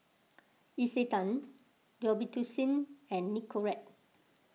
Isetan Robitussin and Nicorette